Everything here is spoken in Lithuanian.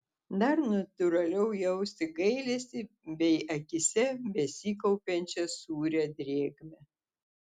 dar natūraliau jausti gailestį bei akyse besikaupiančią sūrią drėgmę